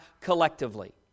collectively